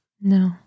No